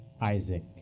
Isaac